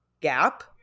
gap